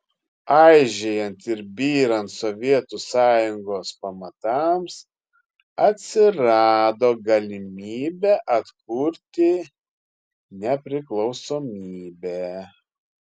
aižėjant ir byrant sovietų sąjungos pamatams atsirado galimybė atkurti nepriklausomybę